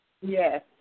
Yes